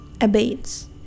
abates